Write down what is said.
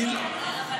לא.